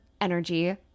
energy